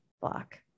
block